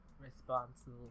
responsible